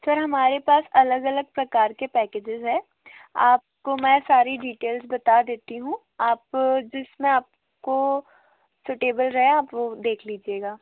sir हमारे पास अलग अलग प्रकार के पैकेजेस हैं आपको मैं सारी डीटेल्स बता देती हूँ आप जिसमें आपको स्यूटेबल रहे आप वो देख लीजिएगा